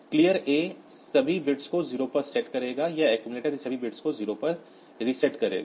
clear A सभी bits को 0 पर सेट करेगा यह अक्सुमुलेटर के सभी बिट्स को 0 पर रीसेट करेगा